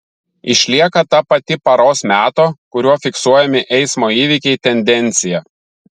išlieka ta pati paros meto kuriuo fiksuojami eismo įvykiai tendencija